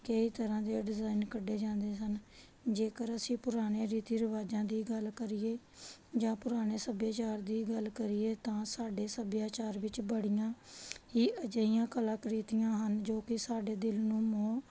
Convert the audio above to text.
ਕਈ ਤਰ੍ਹਾਂ ਦੇ ਡਿਜ਼ਾਇਨ ਕੱਢੇ ਜਾਂਦੇ ਸਨ ਜੇਕਰ ਅਸੀਂ ਪੁਰਾਣੇ ਰੀਤੀ ਰਿਵਾਜ਼ਾਂ ਦੀ ਗੱਲ ਕਰੀਏ ਜਾਂ ਪੁਰਾਣੇ ਸੱਭਿਆਚਾਰ ਦੀ ਗੱਲ ਕਰੀਏ ਤਾਂ ਸਾਡੇ ਸੱਭਿਆਚਾਰ ਵਿੱਚ ਬੜੀਆਂ ਹੀ ਅਜਿਹੀਆਂ ਕਲਾਕ੍ਰਿਤੀਆਂ ਹਨ ਜੋ ਕਿ ਸਾਡੇ ਦਿਲ ਨੂੰ ਮੋਹ